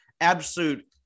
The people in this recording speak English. absolute